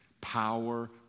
Power